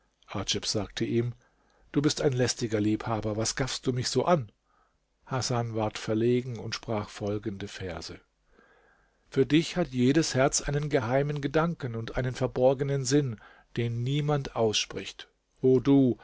sagte ihm du bist ein lästiger liebhaber was gaffest du mich so an hasan ward verlegen und sprach folgende verse für dich hat jedes herz einen geheimen gedanken und einen verborgenen sinn den niemand ausspricht o du